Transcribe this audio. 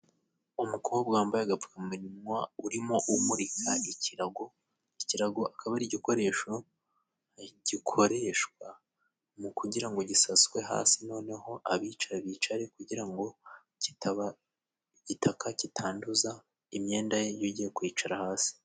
Umukobwa wambaye agapfukamunwa urimo umurika ikirago, ikirago akaba ari igikoresho gikoreshwa mu kugira ngo gisaswe hasi noneho abica bicare kugira ngo kitaba igitaka kitanduza imyenda yugiye kwicara hasi.